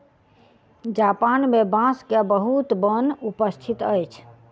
Japan मे बांस के बहुत वन उपस्थित अछि